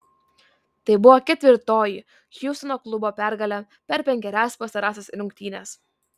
tai buvo ketvirtoji hjustono klubo pergalė per penkerias pastarąsias rungtynes